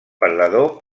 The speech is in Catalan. perdedor